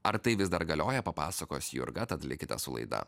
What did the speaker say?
ar tai vis dar galioja papasakos jurga tad likite su laida